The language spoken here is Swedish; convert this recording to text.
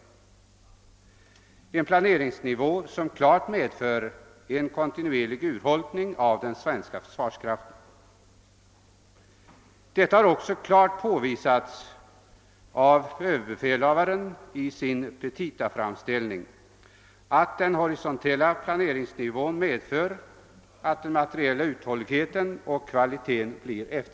Det är en planeringsnivå som medför en kontinuerlig urholkning av den svenska försvarskraften. Det har också klart påvisats av överbefälhavaren i hans petitaframställning att den horisontella planeringsnivän medför att den materiella uthålligheten och kvaliteten blir eftersatt.